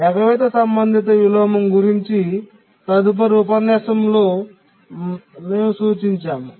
ఎగవేత సంబంధిత విలోమం గురించి తదుపరి ఉపన్యాసంలో మేము సూచించాము